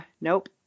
nope